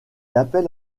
appelle